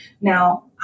Now